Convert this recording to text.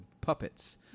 puppets